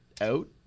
out